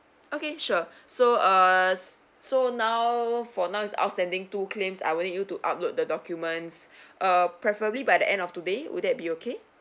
okay sure so uh so now for now is outstanding two claims I will need you to upload the documents uh preferably by the end of today will that be okay